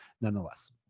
nonetheless